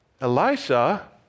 Elisha